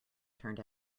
turned